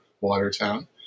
Watertown